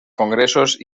congresos